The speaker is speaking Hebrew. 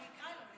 אני אקרא לו?